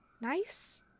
nice